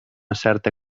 certa